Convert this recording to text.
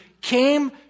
came